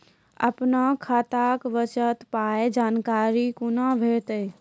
अपन खाताक बचल पायक जानकारी कूना भेटतै?